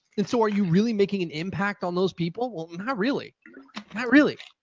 and so are you really making an impact on those people? well, not really. not really,